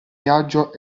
viaggio